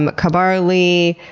um kubara lee,